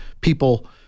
people